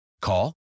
Call